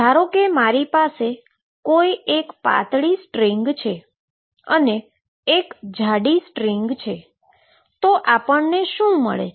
ધારો કેમારી પાસે એક પાતળી સ્ટ્રીંગ છે અને એક જાડી સ્ટ્રીંગ છે તો આપણને શું મળે છે